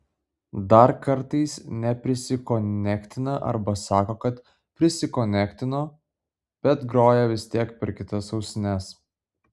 dar kartais neprisikonektina arba sako kad prisikonektino bet groja vis tiek per kitas ausines